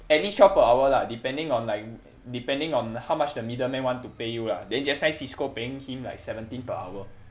at least twelve per hour lah depending on like depending on how much the middleman want to pay you lah then just nice CISCO paying him seventeen per hour